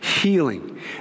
healing